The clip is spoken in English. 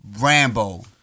Rambo